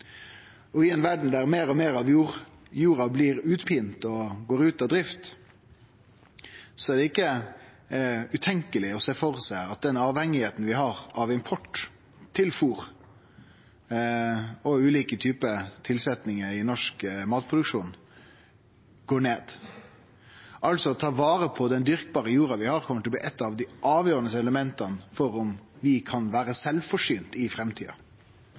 I ei verd der meir og meir av jorda blir utpint og går ut av drift, er det ikkje utenkjeleg å sjå for seg at den avhengnaden vi har av import av fôr og ulike typar tilsetning i norsk matproduksjon, går ned. Altså: Å ta vare på den dyrkbare jorda vi har, kjem til å bli eit av dei avgjerande elementa for om vi kan vere sjølvforsynte i framtida.